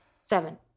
Seven